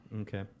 Okay